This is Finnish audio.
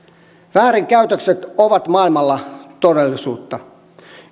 väärinkäytökset ovat maailmalla todellisuutta